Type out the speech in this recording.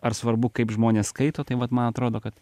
ar svarbu kaip žmonės skaito tai vat man atrodo kad